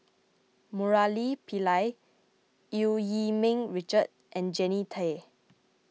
Murali Pillai Eu Yee Ming Richard and Jannie Tay